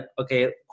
okay